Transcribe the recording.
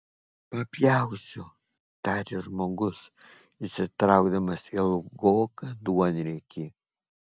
papjausiu tarė žmogus išsitraukdamas ilgoką duonriekį